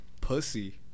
pussy